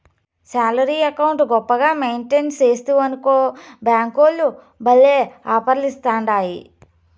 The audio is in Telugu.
శాలరీ అకౌంటు గొప్పగా మెయింటెయిన్ సేస్తివనుకో బ్యేంకోల్లు భల్లే ఆపర్లిస్తాండాయి